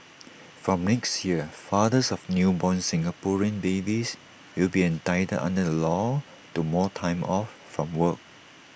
from next year fathers of newborn Singaporean babies will be entitled under the law to more time off from work